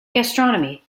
gastronomy